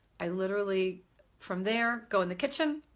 i literally from there go in the kitchen,